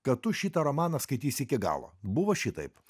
kad tu šitą romaną skaityti iki galo buvo šitaip